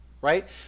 right